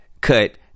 cut